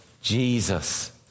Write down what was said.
Jesus